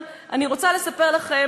אני רוצה לספר לכם